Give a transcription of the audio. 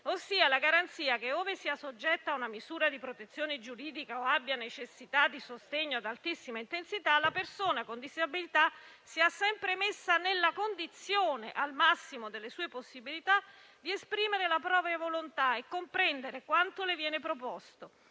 ossia la garanzia che, ove sia soggetta a una misura di protezione giuridica o abbia necessità di sostegno ad altissima intensità, la persona con disabilità sia sempre messa nella condizione, al massimo delle sue possibilità, di esprimere la propria volontà e comprendere quanto le viene proposto,